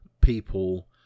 people